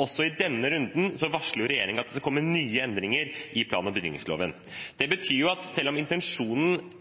Også i denne runden varsler regjeringen at det vil komme nye endringer i plan- og bygningsloven. Det betyr at selv om intensjonen